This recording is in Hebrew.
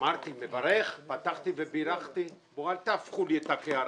אמרתי שאני מברך על הדיון החשוב.